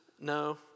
no